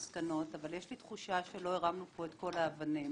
אבל יש לי תחושה שלא הרמנו את כל האבנים,